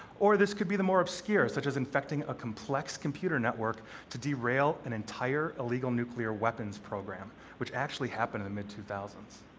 or this could be a more obscure, such as infecting a complex computer network to derail an entire illegal nuclear weapons program, which actually happened in the mid two thousand s.